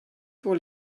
pour